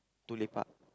too lepak